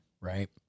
right